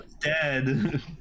dead